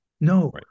No